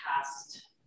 past